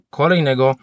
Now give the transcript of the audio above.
kolejnego